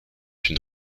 une